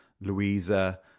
Louisa